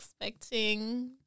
expecting